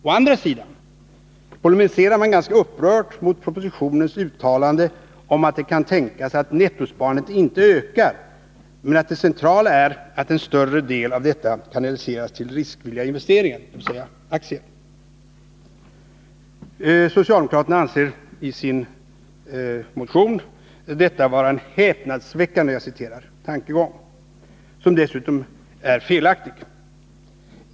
Å andra sidan polemiserar man ganska upprört mot propositionens uttalande om att det kan tänkas att nettosparandet inte ökar men att det centrala är att en större del av detta kanaliseras till riskvilliga investeringar, dvs. aktier. Socialdemokraterna anser i sin motion detta vara en ”häpnadsväckande” tankegång, som dessutom är felaktig.